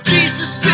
Jesus